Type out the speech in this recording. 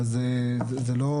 אבל זה לא,